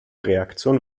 reaktion